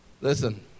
Listen